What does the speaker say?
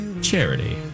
charity